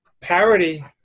Parity